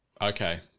okay